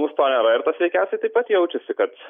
pas mus to nėra ir tas veikiausiai taip pat jaučiasi kad